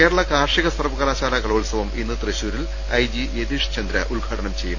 കേരള കാർഷിക സർവകലാശാലാ കലോത്സവം ഇന്ന് തൃശൂ രിൽ ഐ ജി യതീഷ്ചന്ദ്ര ഉദ്ഘാടനം ചെയ്യും